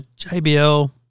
JBL